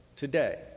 today